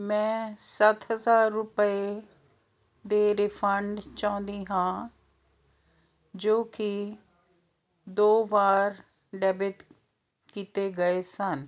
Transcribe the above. ਮੈਂ ਸੱਤ ਹਜ਼ਾਰ ਰੁਪਏ ਦੇ ਰਿਫੰਡ ਚਾਹੁੰਦੀ ਹਾਂ ਜੋ ਕਿ ਦੋ ਵਾਰ ਡੈਬਿਟ ਕੀਤੇ ਗਏ ਸਨ